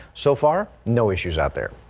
so far no issues out there,